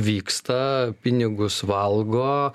vyksta pinigus valgo